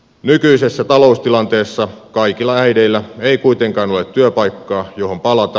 nykyisessä taloustilanteessa kaikilla äideillä ei kuitenkaan ole työpaikkaa johon palata